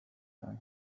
dabei